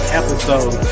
episode